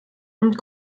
und